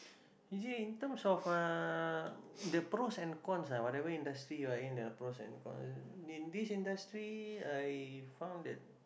usually in terms of uh the pros and cons ah whatever industry you are in the pros and cons in this industry I found that